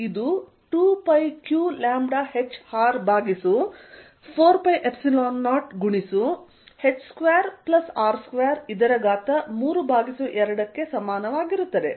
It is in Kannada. ಇದು 2πqλhR ಭಾಗಿಸು 4π0 ಗುಣಿಸು h2R232 ಗೆ ಸಮಾನವಾಗಿರುತ್ತದೆ